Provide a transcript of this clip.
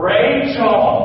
Rachel